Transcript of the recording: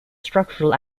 structural